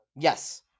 Yes